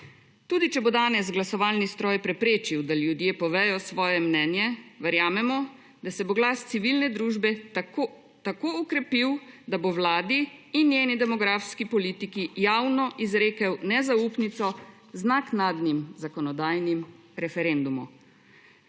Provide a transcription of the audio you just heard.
Tudi če bo danes glasovalni stroj preprečil, da ljudje povedo svoje mnenje, verjamemo, da se bo glas civilne družbe tako okrepil, da bo Vladi in njeni demografski politiki javno izrekel nezaupnico z naknadnim zakonodajnim referendumom.